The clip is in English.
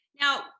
Now